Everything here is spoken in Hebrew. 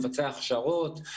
מבצע הכשרות,